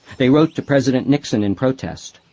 they wrote to president nixon in protest